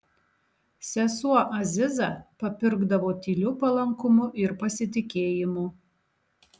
sesuo aziza papirkdavo tyliu palankumu ir pasitikėjimu